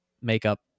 makeup